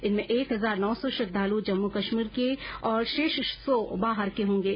इनमें एक हजार नौ सौ श्रद्वाल् जम्मू कश्मीर के और शेष सौ बाहर के होंगे